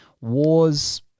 wars